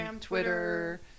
Twitter